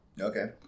Okay